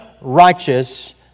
righteous